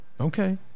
Okay